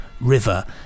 River